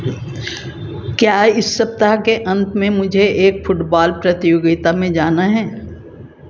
क्या इस सप्ताह के अंत में मुझे एक फुटबॉल प्रतियोगिता में जाना है